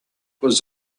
was